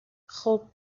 خوب